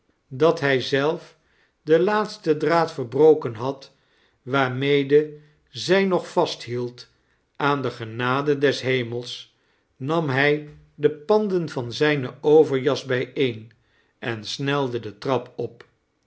dat hij zelf den laatsten draad verbroken had waarmede zij nog vasthield aan de genade des hemels nam hij de p anden van zijne overjas bijeen en snelde de trap op